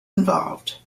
involved